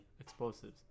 explosives